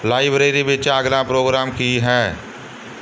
library ਵਿੱਚ ਅਗਲਾ programme ਕੀ ਹੈ